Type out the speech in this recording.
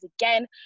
again